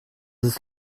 ist